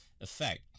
effect